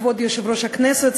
כבוד יושב-ראש הכנסת,